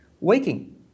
Waking